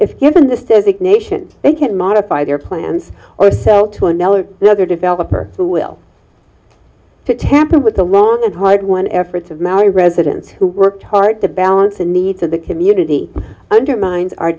if given the state as a nation they can't modify their plans or sell to another another developer who will to tamper with the long and hard one efforts of maori residents who worked hard to balance the needs of the community undermines our